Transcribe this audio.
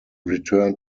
return